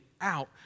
out